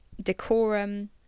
decorum